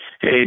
hey